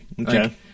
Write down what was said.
Okay